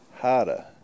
harder